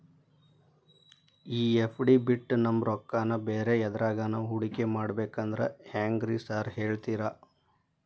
ಈ ಎಫ್.ಡಿ ಬಿಟ್ ನಮ್ ರೊಕ್ಕನಾ ಬ್ಯಾರೆ ಎದ್ರಾಗಾನ ಹೂಡಿಕೆ ಮಾಡಬೇಕಂದ್ರೆ ಹೆಂಗ್ರಿ ಸಾರ್ ಹೇಳ್ತೇರಾ?